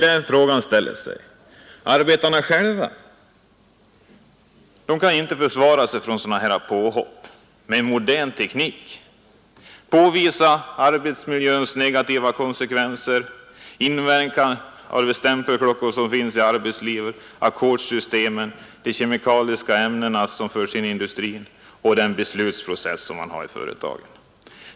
Men arbetarna själva kan inte försvara sig mot sådana här påhopp och med en modern teknik påvisa arbetsmiljöns negativa konsekvenser, inverkan av de stämpelklockor som finns i arbetslivet, ackordssystemet, de kemiska ämnen som förs in i industrin och den beslutsprocess som man har i företagen.